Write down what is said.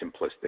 simplistic